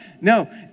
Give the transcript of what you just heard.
No